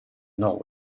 nord